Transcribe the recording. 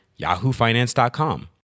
yahoofinance.com